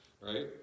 right